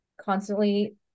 constantly